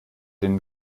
den